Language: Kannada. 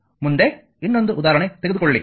ಮುಂದೆ ಇನ್ನೊಂದು ಉದಾಹರಣೆ ತೆಗೆದುಕೊಳ್ಳಿ